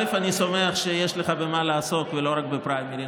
אני שמח שיש לך במה לעסוק ולא רק בפריימריז.